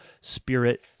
spirit